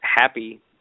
happy